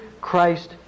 Christ